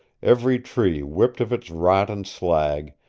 every tree whipped of its rot and slag,